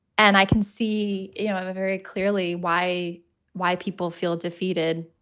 and i can see you know um very clearly why why people feel defeated,